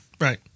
Right